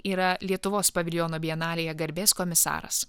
yra lietuvos paviljono bienalėje garbės komisaras